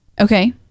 Okay